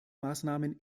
maßnahmen